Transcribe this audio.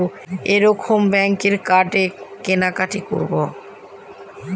এক রকমের ব্যাঙ্কের কার্ডে কেনাকাটি করব